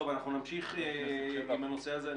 טוב, אנחנו נמשיך עם הנושא הזה.